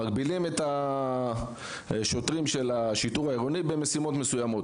מגבילים את השוטרים של השיטור העירוני במשימות מסוימות,